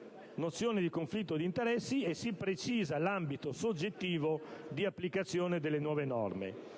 del senatore Malan) e si precisa l'ambito soggettivo di applicazione delle nuove norme: